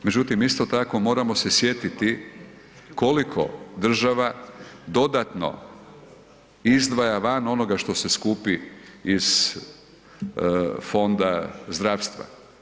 Međutim, isto tako moramo se sjetiti koliko država dodatno izdvaja van onoga što se skupi iz fonda zdravstva.